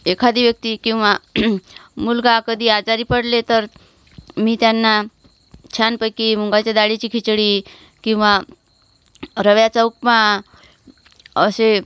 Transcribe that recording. एखादी व्यक्ती किंवा मुलगा कधी आजारी पडले तर मी त्यांना छानपैकी मुगाच्या दाळीची खिचडी किंवा रव्याचा उपमा असे